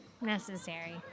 Necessary